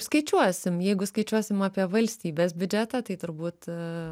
skaičiuosim jeigu skaičiuosim apie valstybės biudžetą tai turbūt